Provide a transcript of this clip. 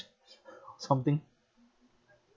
something